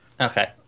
Okay